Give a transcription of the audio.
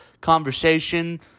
conversation